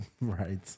Right